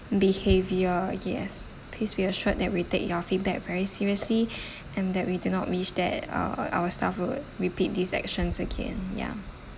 behaviour yes please be assured that we take your feedback very seriously and that we do not wish that uh our staff would repeat these actions again ya